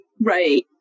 right